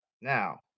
Now